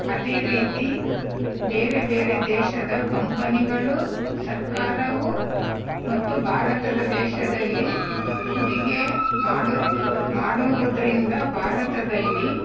ಅದೇ ರೀತಿ ಬೇರೆ ಬೇರೆ ದೇಶದ ಕಂಪನಿಗಳು ಸರ್ಕಾರವು ಮತ್ತು ಭಾರತದ ದೇಶದಲ್ಲಿ ಹೂಡಿಕೆ ಮಾಡು ಮಾಡೋದ್ರಿಂದ ಭಾರತದಲ್ಲಿ